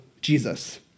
Jesus